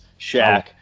Shaq